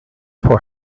for